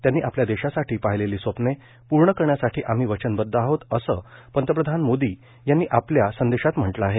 त्यांनी आपल्या देशासाठी पाहिलेली स्वप्ने पूर्ण करण्यासाठी आम्ही वचनबद्ध आहोत असं पंतप्रधान मोदी यांनी आपल्या संदेशात म्हटलं आहे